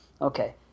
Okay